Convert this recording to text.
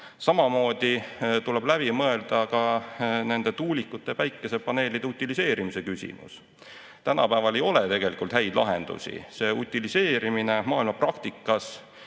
Samamoodi tuleb läbi mõelda tuulikute ja päikesepaneelide utiliseerimise küsimus. Tänapäeval tegelikult ei ole häid lahendusi. Utiliseerimine maailma praktikas